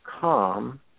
calm